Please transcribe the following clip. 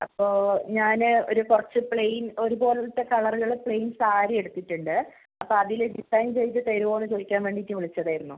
അപ്പോൾ ഞാൻ ഒരു കുറച്ച് പ്ലെയിൻ ഒരുപോലത്തെ കളറുകൾ പ്ലെയിൻ സാരിയെടുത്തിട്ടുണ്ട് അപ്പം അതിൽ ഡിസൈൻ ചെയ്ത് തരുമോ എന്ന് ചോദിക്കാൻ വേണ്ടിയിട്ട് വിളിച്ചതായിരുന്നു